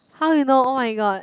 how you know oh-my-god